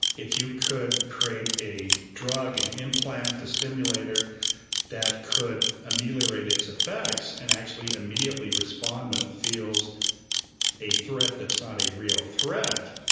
if you could create a drug, an implant, a stimulator that could ameliorate its effects and actually immediately respond when it feels a threat that's not a real threat,